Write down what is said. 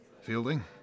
Fielding